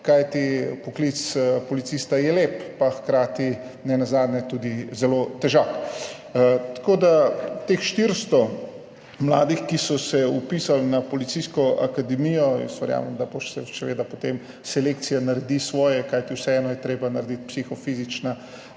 kajti poklic policista je lep, hkrati pa tudi zelo težak. Tako da teh 400 mladih, ki so se vpisali na Policijsko akademijo, jaz verjamem, da seveda potem selekcija naredi svoje, kajti vseeno je treba preveriti psihofizično